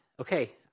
okay